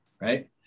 right